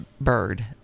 bird